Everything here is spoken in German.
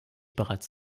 bereits